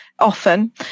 often